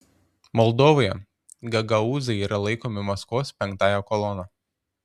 moldovoje gagaūzai yra laikomi maskvos penktąja kolona